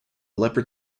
leopard